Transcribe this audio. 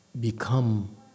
become